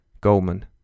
Goldman